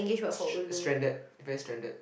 stran~ stranded very stranded